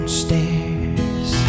stairs